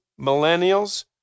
millennials